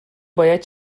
باید